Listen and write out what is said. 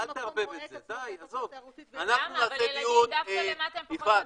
מה זה ילדים קטנים?